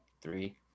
three